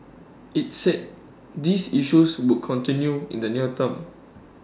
IT said these issues would continue in the near term